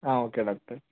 okay doctor